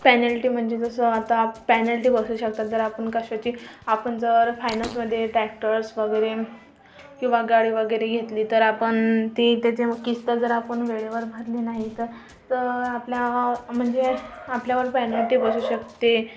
penalty म्हणजे जसं आता पॅनल्टी बसू शकतात जर आपण कशाची आपण जर फायनान्समधे ट्रॅक्टर्स वगैरे किंवा गल वगैरे घेतली तर आपण ति त्याचं किस्त जर आपण वेळेवर भरली नाही तर तर आपल्या म्हणजे आपल्यावर पेनल्टी बसू शकते